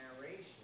narration